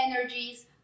energies